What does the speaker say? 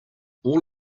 all